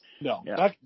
no